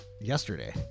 yesterday